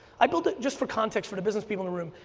i built just for context for the business people room,